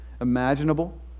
imaginable